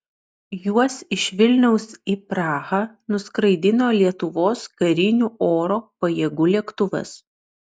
juos iš vilniaus į prahą nuskraidino lietuvos karinių oro pajėgų lėktuvas